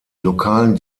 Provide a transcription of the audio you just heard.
lokalen